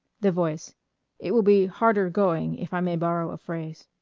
the voice it will be harder going, if i may borrow a phrase.